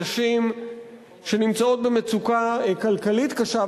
נשים שנמצאות במצוקה כלכלית קשה,